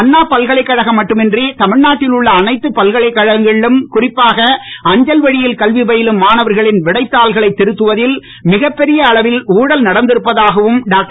அண்ணா பல்கலைக்கழகம் மட்டுமின்றி தமிழ்நாட்டில் உள்ள அனைத்து பல்கலைக்கழகங்களிலும் குறிப்பாக அஞ்சல்வழியில் கல்வி பயிலும் மாணவர்களின் விடைத்தாள்களைத் திருத்துவதில் மிகப்பெரிய அளவில் ஊழல் நடந்திருப்பதாகவும் டாக்டர்